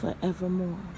forevermore